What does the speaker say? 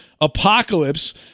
apocalypse